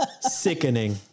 Sickening